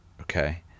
okay